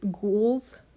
ghouls